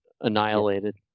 annihilated